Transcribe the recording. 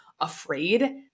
afraid